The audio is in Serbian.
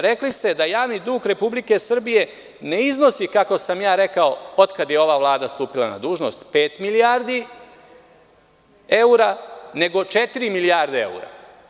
Rekli ste da javni dug Republike Srbije ne iznosi, kako sam ja rekao, od kad je ova Vlada stupila na dužnost pet milijardi evra, nego četiri milijarde evra.